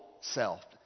self